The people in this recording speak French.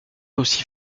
aussi